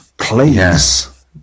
please